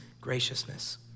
graciousness